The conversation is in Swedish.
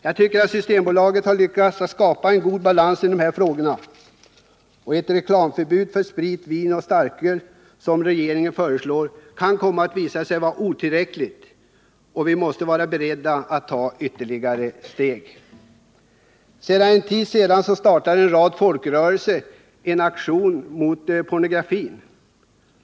Jag tycker att Systembolaget har lyckats skapa en god balans i dessa frågor. Ett reklamförbud beträffande sprit, vin och starköl som regeringen föreslår kan komma att visa sig vara otillräckligt, och vi måste då vara beredda att ta ytterligare ett steg. För en tid sedan startade en rad folkrörelser en aktion mot pornografin.